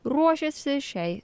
ruošiasi šiai